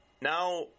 now